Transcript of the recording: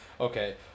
okay